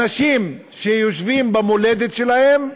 אנשים שיושבים במולדת שלהם,